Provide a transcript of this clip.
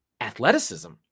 athleticism